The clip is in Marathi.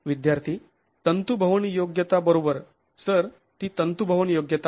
विद्यार्थी तंतुभवन योग्यता बरोबर सर ती तंतुभवन योग्यता आहे